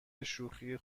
شوخی